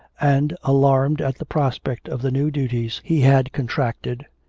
and, alarmed at the prospect of the new duties he had contracted,